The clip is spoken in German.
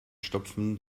stopfen